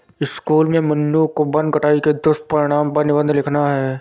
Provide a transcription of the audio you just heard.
school में मन्नू को वन कटाई के दुष्परिणाम पर निबंध लिखना है